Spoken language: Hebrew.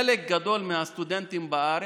חלק גדול מהסטודנטים בארץ,